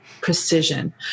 precision